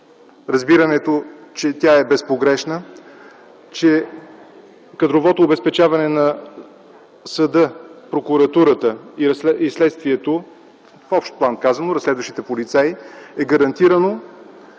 разбирането, че тя е безпогрешна, че кадровото обезпечаване на съда, прокуратурата и следствието, в общ план казано, разследващите полицаи, е гарантирано,